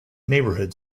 neighborhood